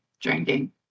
drinking